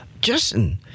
Justin